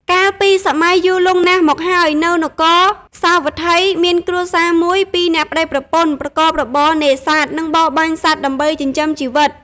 កាលពីសម័យយូរលង់ណាស់មកហើយ នៅនគរសាវត្ថី មានគ្រួសារមួយ ពីរនាក់ប្តីប្រពន្ធ ប្រកបរបរនេសាទ និងបរបាញ់សត្វដើម្បីចិញ្ចឹមជីវិត ។